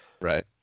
Right